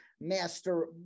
master